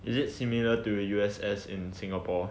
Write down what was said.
is it similar to the U_S_S in singapore